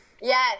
Yes